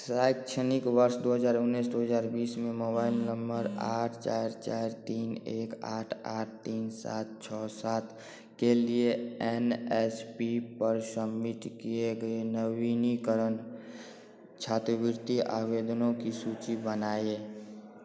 शैक्षणिक वर्ष दो हजार उन्नीस दो हजार बीस में मोबाइल नंबर आठ चार चार तीन एक आठ आठ तीन सात छः सात के लिए एन एस पी पर सबमिट किए गए नवीनीकरण छात्रवृत्ति आवेदनों की सूची बनाएँ